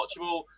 watchable